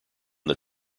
that